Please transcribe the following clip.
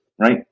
right